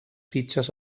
fitxes